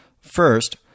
First